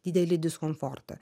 didelį diskomfortą